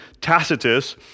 Tacitus